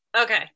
okay